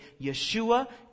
Yeshua